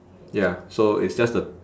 ya so it's just the